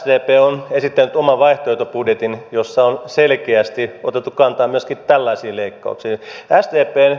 sdp on esittänyt oman vaihtoehtobudjetin jossa on selkeästi otettu kantaa myöskin tällaisiin leikkauksiin